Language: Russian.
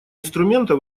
инструмента